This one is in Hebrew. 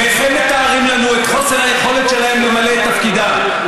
ואיך הם מתארים לנו את חוסר היכולת שלהם למלא את תפקידם.